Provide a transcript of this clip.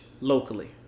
locally